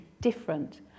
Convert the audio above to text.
different